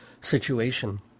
situation